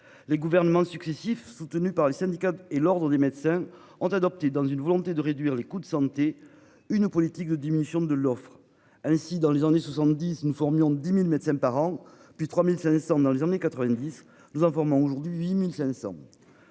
les gouvernements successifs, soutenus par les syndicats et l'Ordre des médecins ont adopté dans une volonté de réduire les coûts de santé. Une politique de diminution de l'offre ainsi dans les années 70 nous formions 10.000 médecins par an, puis 3500 dans les années 90 nous informant aujourd'hui 1500.